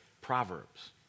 Proverbs